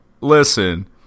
Listen